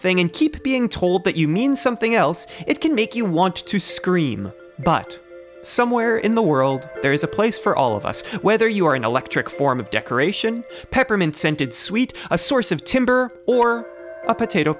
thing and keep being told that you mean something else it can make you want to scream but somewhere in the world there is a place for all of us whether you are an electric form of decoration peppermint scented sweet a source of timber or a potato